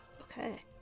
okay